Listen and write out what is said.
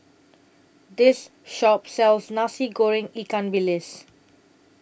This Shop sells Nasi Goreng Ikan Bilis